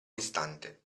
distante